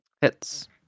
Hits